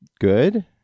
good